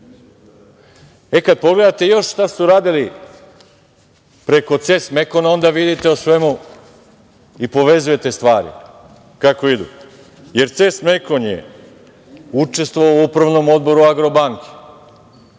pogledate još šta su radili preko „Ces Mekona“, onda vidite o svemu i povezujete stvari kako idu, jer „Ces Mekon“ je učestvovao u upravnom odboru „Agrobanke“.